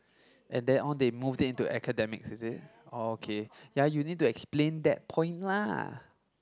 and then all they move them into academic is it oh okay ya you need to explain that point lah